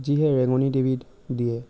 যি সেই ৰেঙনি টি ভিত দিয়ে